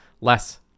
less